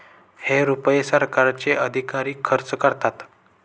हे रुपये सरकारचे अधिकारी खर्च करतात